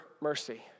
mercy